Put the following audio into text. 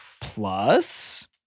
Plus